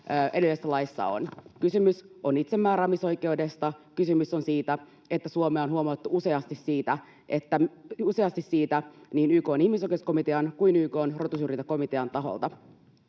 edellisessä laissa on. Kysymys on itsemääräämisoikeudesta. Kysymys on siitä, että Suomea on huomautettu useasti niin YK:n ihmisoikeuskomitean kuin YK:n rotusyrjintäkomitean taholta.